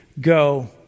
go